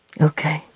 Okay